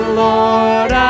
lord